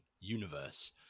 Universe